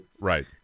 Right